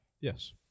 Yes